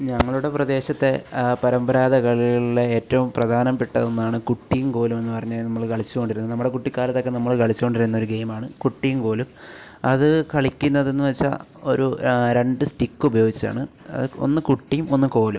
ഞങ്ങളുടെ പ്രദേശത്തെ പരമ്പരാഗത കളികളിലെ ഏറ്റവും പ്രധാനപ്പെട്ട ഒന്നാണ് കുട്ടിയും കോലും എന്ന് പറഞ്ഞ നമ്മൾ കളിച്ചു കൊണ്ടിരുന്ന നമ്മുടെ കുട്ടിക്കാലത്തൊക്കെ നമ്മൾ കളിച്ചു കൊണ്ടിരുന്ന ഒരു ഗെയിമാണ് കുട്ടിയും കോലും അത് കളിക്കുന്നതെന്ന് വച്ചാൽ ഒരു രണ്ട് സ്റ്റിക്ക് ഉപയോഗിച്ചാണ് ഒന്ന് കുട്ടിയും ഒന്ന് കോലും